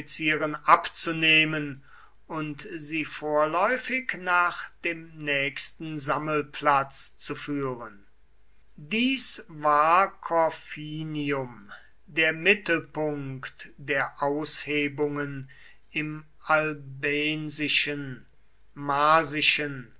abzunehmen und sie vorläufig nach dem nächsten sammelplatz zu führen dies war corfinium der mittelpunkt der aushebungen im albensischen marsischen